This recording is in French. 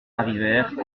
arrivèrent